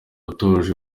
utuje